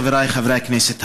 חבריי חברי הכנסת,